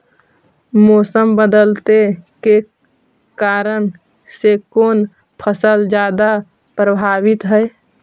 मोसम बदलते के कारन से कोन फसल ज्यादा प्रभाबीत हय?